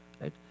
right